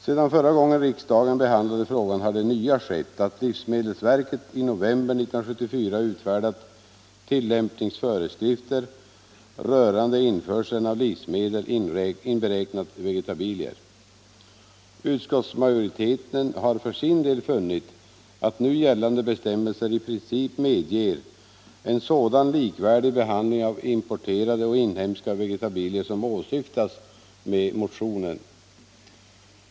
Sedan förra gången riksdagen behandlade frågan har det nya skett, att livsmedelsverket i november 1974 utfärdat tillämpningsföreskrifter rörande införseln av livsmedel, inberäknat vegetabilier. Utskottsmajoriteten har för sin del funnit att nu gällande bestämmelser i princip medger en sådan likvärdig behandling av importerade och inhemska vegetabilier som åsyftas med motionen.